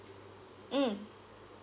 mm